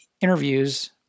interviews